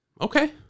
Okay